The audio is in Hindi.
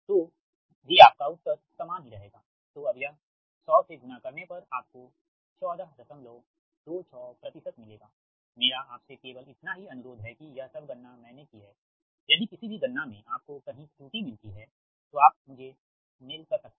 तो भी आपका उत्तर सामान ही रहेगा तो अब यह 100 से गुणा करने पर आपको 1426 मिलेगा मेरा आपसे केवल इतना ही अनुरोध है कि यह सब गणना मैंने की है यदि किसी भी गणना में आपको कही त्रुटि मिलती हैं तो आप मुझे मेल कर सकते है